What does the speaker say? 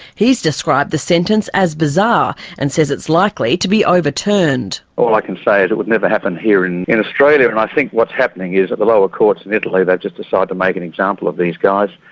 he's described the sentence as bizarre and says it's likely to be overturned. all i can say is it would never happen here in in australia, and i think what's happening is the lower courts in italy, they've just decided to make an example of these guys,